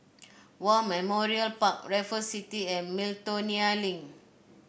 War Memorial Park Raffles City and Miltonia Link